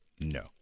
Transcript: no